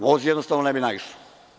Voz jednostavno ne bi naišao.